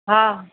हा